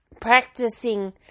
practicing